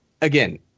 again